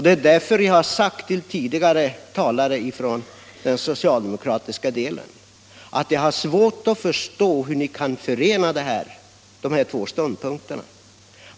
Det är därför jag har sagt till tidigare socialdemokratiska talare att jag har svårt att förstå hur ni kan förena dessa båda ståndpunkter.